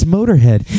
Motorhead